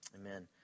Amen